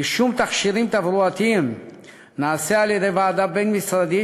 רישום תכשירים תברואתיים נעשה על-ידי ועדה בין-משרדית